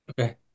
okay